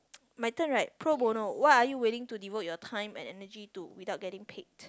my turn right pro bono what are you waiting to devote your time and energy to without getting paid